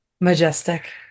majestic